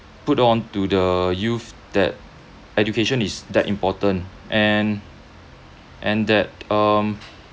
put on to the youth that education is that important and and that um